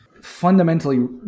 fundamentally